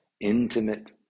intimate